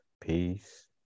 peace